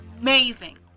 amazing